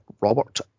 Robert